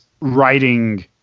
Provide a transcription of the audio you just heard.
writing